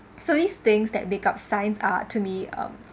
so these things that make up science are to me um